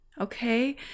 okay